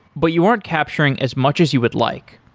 but you aren't capturing as much as you would like.